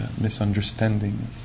misunderstanding